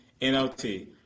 NLT